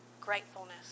gratefulness